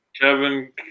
Kevin